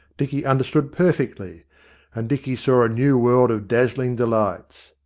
dicky understood perfectly and dicky saw a new world of dazzling delights.